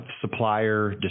supplier